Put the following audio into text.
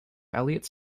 elliott